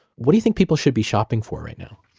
what do you think people should be shopping for right now?